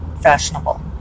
fashionable